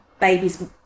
Babies